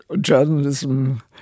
journalism